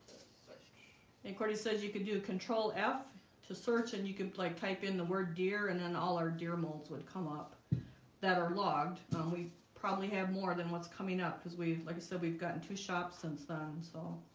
and corty says you could do control f to search and you could like type in the word deer and then all our deer molds would come up that are logged um we probably have more than what's coming up because we like i said, we've gotten two shops since then so